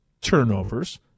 turnovers